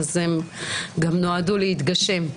הם גם נועדו להתגשם.